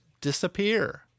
disappear